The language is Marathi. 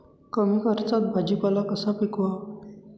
कमी खर्चात भाजीपाला कसा पिकवावा?